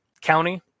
County